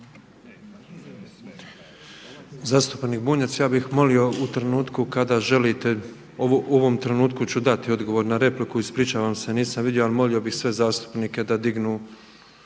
Zastupnik Bunjac ja bih molio u trenutku kada želite, u ovom trenutku ću dati odgovor na repliku, ispričavam se, nisam vidio ali molio bih sve zastupnike da dignu